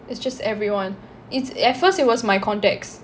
it's just everyone it's at first it was my contacts